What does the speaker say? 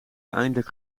uiteindelijk